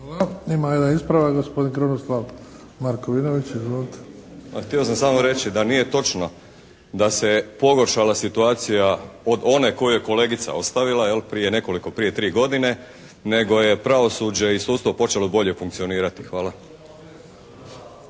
Izvolite. **Markovinović, Krunoslav (HDZ)** Pa htio sam samo reći da nije točno da se pogoršala situacija od one koju je kolegica ostavila jel' prije nekoliko, prije 3 godine nego je pravosuđe i sudstvo počelo bolje funkcionirati. Hvala.